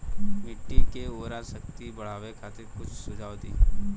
मिट्टी के उर्वरा शक्ति बढ़ावे खातिर कुछ सुझाव दी?